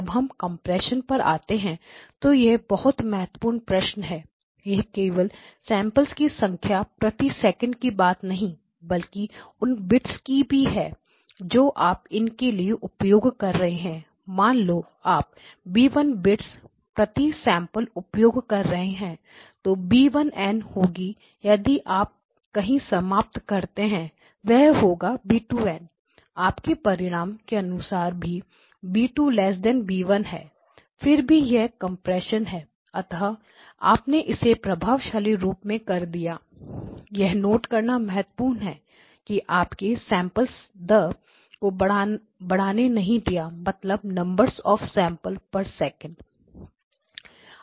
जब हम कंप्रेशन पर आते हैं तो यह बहुत महत्वपूर्ण प्रश्न है यह केवल सैंपल्स की संख्या प्रति सेकंड की बात नहीं बल्कि उन बिट्स की है की जो आप इनके लिए उपयोग कर रहे हैं मान लो आप b1 बिट्स प्रति सैंपल उपयोग कर रहे हैं जो b1 N होगा यदि आप कहीं समाप्त करते हैं वह होगा b2N आपके परिणाम के अनुसार भी b2b1 हैं फिर भी यह कंप्रेशन है अतः आपने इसे प्रभावशाली रूप में कर दिया यह नोट करना महत्वपूर्ण है कि आपके सैंपल दर को बढ़ने नहीं दिया मतलब नंबर्स ऑफ सैंपल पर सेकंडnumber of samplessec